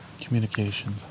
communications